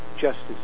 justice